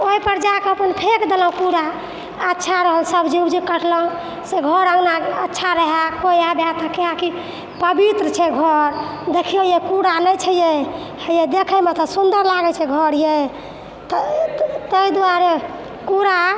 ओइपर जाकऽ अपन फेक देलहुँ कूड़ा अच्छा रहल सब्जी वब्जी कटलहुँ से घर अँगना अच्छ रहे कोइ आबै तऽ कहै पवित्र छै घर देखियौ यै कूड़ा नहि छै यै हयै देखैमे तऽ सुन्दर लगै छै घर यै तऽ तै दुआरे कूड़ा